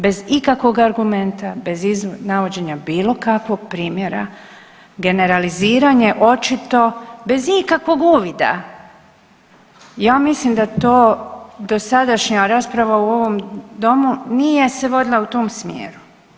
Bez ikakvog argumenta, bez navođenja bilo kakvog primjera, generaliziranje očito bez ikakvog uvida, ja mislim da to dosadašnja rasprava u ovom domu nije se vodila u tom smjeru.